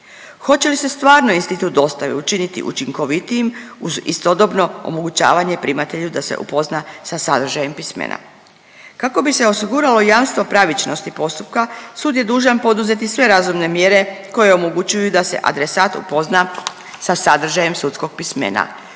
Hoće li se stvarno institut dostave učiniti učinkovitijim uz istodobno omogućavanje primatelju da se upozna sa sadržajem pismena? Kako bi se osiguralo jasno pravičnosti postupka, sud je dužan poduzeti sve razumne mjere koje omogućuje da se adresat upozna sa sadržajem sudskog pismena